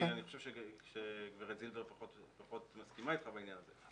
אני חושב שגברת זילבר פחות מסכימה איתך בעניין הזה.